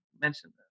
mentioned